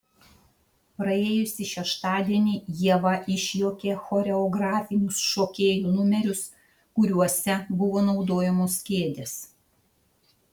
praėjusį šeštadienį ieva išjuokė choreografinius šokėjų numerius kuriuose buvo naudojamos kėdės